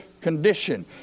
condition